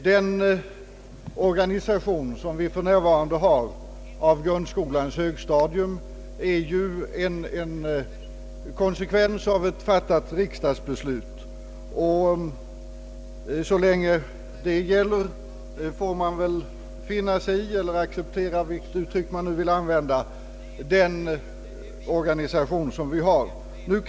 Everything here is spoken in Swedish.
Den organisation av grundskolans högstadium som vi för närvarande har är en konsekvens av ett fattat riksdagsbeslut. Så länge detta gäller får man väl finna sig i eller acceptera — vilket uttryck man nu vill använda — den organisationen.